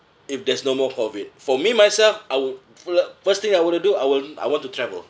if there's no more COVID for me myself I will fl~ first thing I want to do I want I want to travel